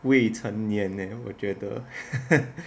未成年 leh 我觉得